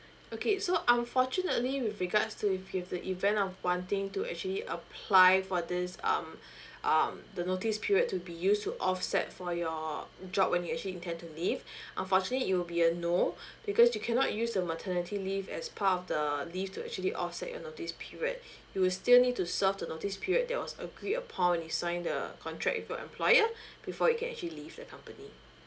okay so unfortunately with regards to if in the event of wanting to actually apply for this um um the notice period to be used to offset for your job when you actually intend to leave unfortunately it'll be a no because you cannot use the maternity leave as part of the leave to actually offset your notice period you'll still need to serve to notice period that was agreed upon when you sign the contract with your employer before you can actually leave the company